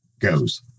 goes